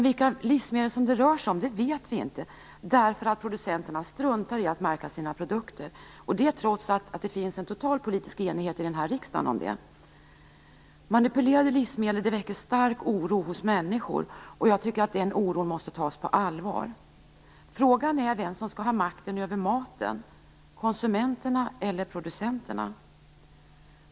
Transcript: Vilka livsmedel det rör sig om vet vi inte, därför att producenterna struntar i att märka sina produkter; detta trots att det i denna riksdag finns total politisk enighet på den punkten. Manipulerade livsmedel väcker stark oro hos människor. Den oron måste tas på allvar. Frågan är vem som skall ha makten över maten, konsumenterna eller producenterna.